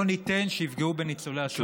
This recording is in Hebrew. לא ניתן, שיפגעו בניצולי השואה.